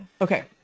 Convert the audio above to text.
Okay